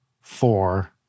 four